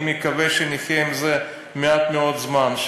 אני מקווה שנחיה עם זה מעט מאוד זמן,